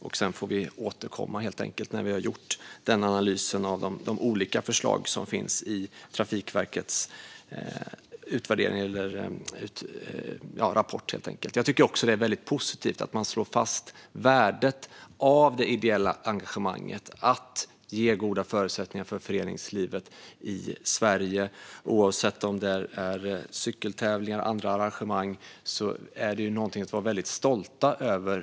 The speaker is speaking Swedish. Vi får helt enkelt återkomma när vi har gjort analysen av de olika förslag som finns i Trafikverkets rapport. Jag tycker att det är väldigt positivt att man slår fast värdet av det ideella engagemanget och av att ge goda förutsättningar för föreningslivet i Sverige. Oavsett om det är cykeltävlingar eller andra arrangemang är detta något att vara väldigt stolt över.